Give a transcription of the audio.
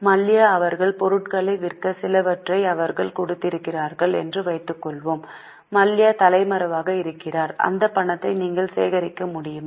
மல்யா அவர்கள் பொருட்களை விற்ற சிலவற்றை அவர்கள் கொடுத்திருக்கிறார்கள் என்று வைத்துக்கொள்வோம் மல்யா தலைமறைவாக இருக்கிறார் அந்த பணத்தை நீங்கள் சேகரிக்க முடியுமா